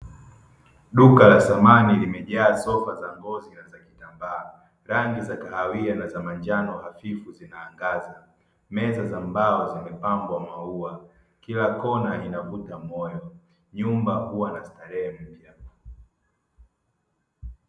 Duka la samani limejaa sofa za ngozi na kitambaa rangi za kahawia na manjani hafifu, zinaangaza meza za mbao zimepambwa maua kila Kona inavuta moyo nyumba huwa na starehe mpya.